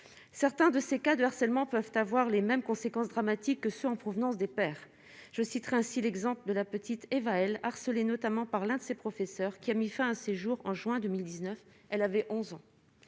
certains de ces cas de harcèlement peuvent avoir les mêmes conséquences dramatiques que ceux en provenance des pères, je citerai ainsi l'exemple de la petite Éva, elle, harceler, notamment par l'un de ses professeurs qui a mis fin à ses jours en juin 2019 elle avait 11 ans,